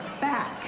back